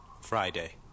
Friday